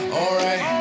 alright